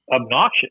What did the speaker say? obnoxious